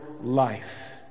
life